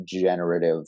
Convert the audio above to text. generative